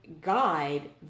guide